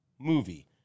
movie